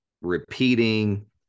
repeating